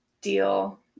deal